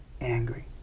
angry